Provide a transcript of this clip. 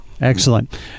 Excellent